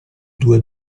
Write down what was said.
due